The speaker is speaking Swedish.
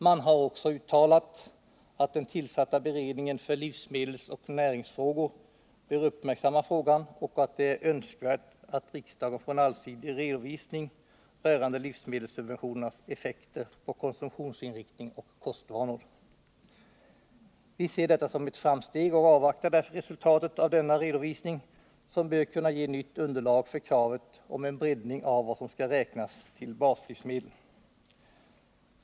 Man har också uttalat att den tillsatta beredningen för livsmedelsoch näringsfrågor bör uppmärksamma frågan och att det är önskvärt att riksdagen får en allsidig redovisning rörande livsmedelssubventionernas effekter på konsumtionsinriktning och kostvanor. Vi ser detta som ett framsteg och avvaktar därför resultatet av denna redovisning, som bör kunna ge nytt underlag för kravet på en breddning av vad som skall räknas till baslivsmedel.